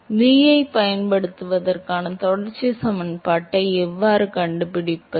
எனவே v ஐப் பயன்படுத்துவதற்கான தொடர்ச்சி சமன்பாட்டை எவ்வாறு கண்டுபிடிப்பது